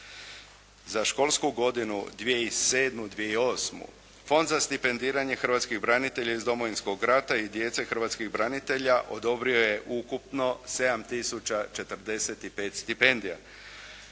Za školsku godinu 2007./2008. Fond za stipendiranje hrvatskih branitelja iz Domovinskog rata i djece hrvatskih branitelja odobrio je ukupno 7 tisuća 45 stipendija.